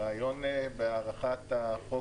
הרעיון בהארכת החוק,